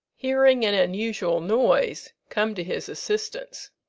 hearing an unusual noise, come to his assistance.